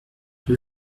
être